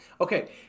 Okay